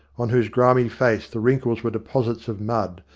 on whose grimy face the wrinkles were deposits of mud,